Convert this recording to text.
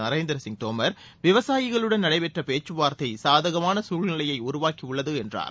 நரேந்திர சிங் தோமர் விவசாயிகளுடன் நடைபெற்ற பேச்சுவார்த்தை சாதகமான தழ்நிலையை உருவாக்கி உள்ளது என்றார்